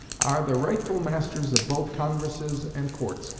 are the rightful masters of both congresses and courts,